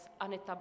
Anita